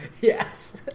Yes